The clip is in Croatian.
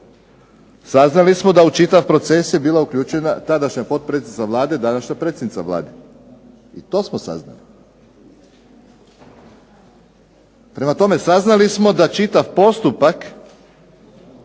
Saznali smo da u čitav proces je bila uključena tadašnja potpredsjednica Vlade, današnja predsjednica Vlade. I to smo saznali. Prema tome, saznali smo da čitav postupak